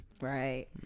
Right